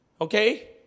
Okay